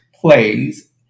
plays